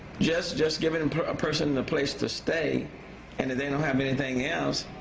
just just giving and a person a place to stay and they don't have anything else,